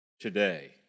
today